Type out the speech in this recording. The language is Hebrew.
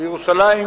ירושלים,